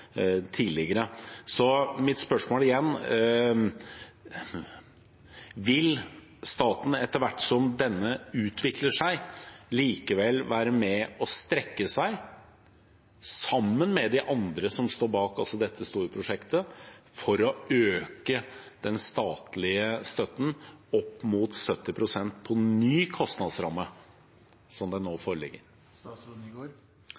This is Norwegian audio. Mitt spørsmål er igjen: Vil staten, etter hvert som dette utvikler seg, likevel være med og strekke seg, sammen med de andre som står bak dette store prosjektet, for å øke den statlige støtten opp mot 70 pst. av ny kostnadsramme, slik den nå